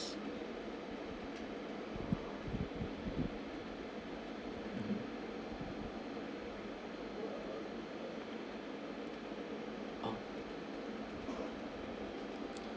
oh